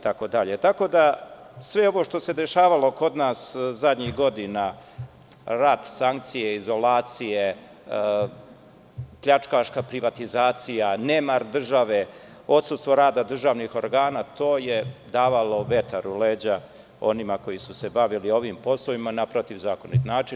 Tako da sve ovo što se dešavalo kod nas zadnjih godina, rat, sankcije, izolacije, pljačkaška privatizacija, nemar države, odsustvo rada državnih organa, to je davalo vetar u leđa onima koji su se bavili ovim poslovima, na protivzakonit način.